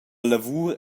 lavur